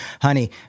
honey